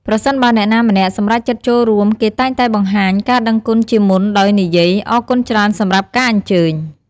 ប្រសិនបើអ្នកណាម្នាក់សម្រេចចិត្តចូលរួម គេតែងតែបង្ហាញការដឹងគុណជាមុនដោយនិយាយ "អរគុណច្រើនសម្រាប់ការអញ្ជើញ"។